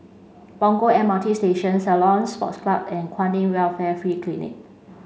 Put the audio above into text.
Punggol M R T Station Ceylon Sports Club and Kwan In Welfare Free Clinic